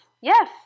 yes